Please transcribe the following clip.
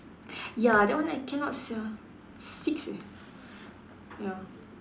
ya that one I cannot sia six eh ya